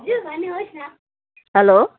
hello